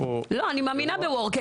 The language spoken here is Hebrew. לא אני מאמינה בוורקי.